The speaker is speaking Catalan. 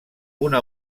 una